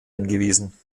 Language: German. hingewiesen